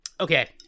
Okay